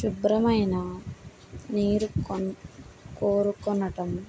శుభ్రమైన నీరు కొను కోరుకొనటం